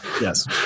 yes